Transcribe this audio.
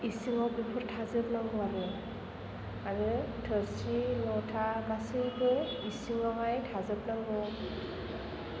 इसिङाव बेफोर थाजोबनांगौ आरो आरो थोरसि लथा गासैबो इसिंआवहाय थाजोबनांगौ